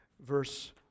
verse